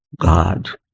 God